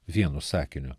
vienu sakiniu